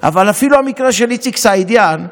אבל אפילו המקרה של איציק סעידיאן,